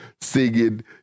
singing